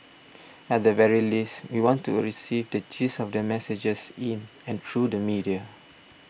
at the very least we want to receive the gist of their messages in and through the media